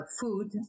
food